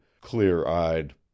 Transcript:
clear-eyed